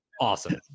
Awesome